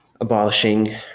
abolishing